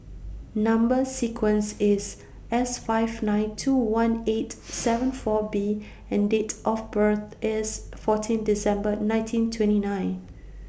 Number sequence IS S five nine two one eight seven four B and Date of birth IS fourteen December nineteen twenty nine